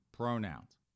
Pronouns